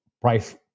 price